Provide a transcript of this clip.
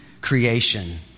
creation